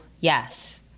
yes